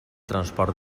transport